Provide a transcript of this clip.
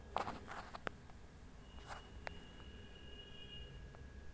क्या आप सिंचाई की विधियों के बारे में बताएंगे पर्वतीय क्षेत्रों में कौन से सिंचाई के साधन उपयोगी हैं?